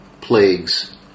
plagues